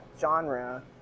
genre